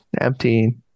empty